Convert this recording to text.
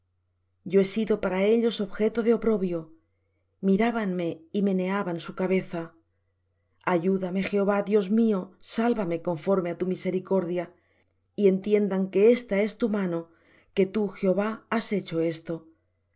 yo he sido para ellos objeto de oprobio mirábanme y meneaban su cabeza ayúdame jehová dios mío sálvame conforme á tu misericordia y entiendan que ésta es tu mano que tú jehová has hecho esto